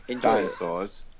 dinosaurs